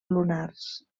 lunars